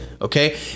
Okay